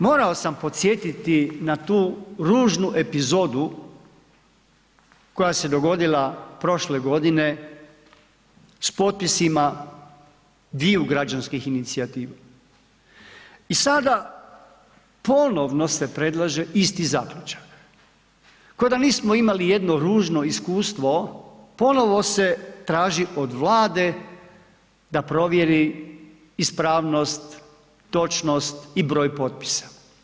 Morao sam podsjetiti na tu ružnu epizodu koja se dogodila prošle godine s potpisima dviju građanskih inicijativa i sada ponovno se predlaže isti zaključak, ko da nismo imali jedno ružno iskustvo ponovo se traži od Vlade da provjeri ispravnost, točnost i broj potpisa.